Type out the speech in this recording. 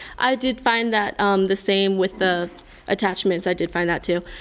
i did find that um the same with the attachments, i did find that too.